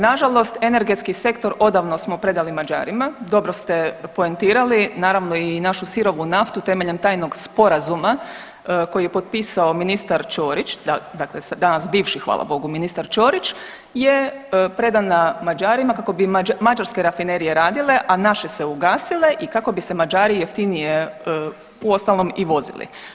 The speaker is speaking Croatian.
Nažalost energetski sektor odavno smo predali Mađarima, dobro ste poentirali, naravno i našu sirovu naftu temeljem tajnog sporazuma koji je potpisao ministar Ćorić, dakle danas bivši hvala Bogu ministar Ćorić je predan Mađarima kako bi mađarske rafinerije radile, a naše se ugasile i kako bi se Mađari jeftinije u ostalom i vozili.